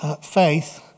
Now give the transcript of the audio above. Faith